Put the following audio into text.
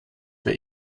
bei